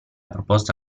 proposta